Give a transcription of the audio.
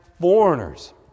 foreigners